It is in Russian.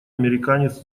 американец